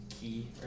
key